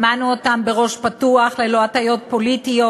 שמענו אותם בראש פתוח, ללא הטיות פוליטיות.